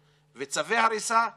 י"א בתשרי התשפ"א (29 בספטמבר 2020)